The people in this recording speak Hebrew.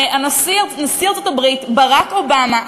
נשיא ארצות-הברית ברק אובמה,